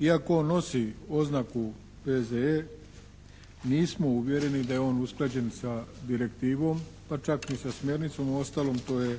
Iako nosi oznaku P.Z. nismo uvjereni da je on usklađen sa direktivom, pa čak ni sa smjernicom. Uostalom to je